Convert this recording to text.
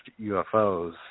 UFOs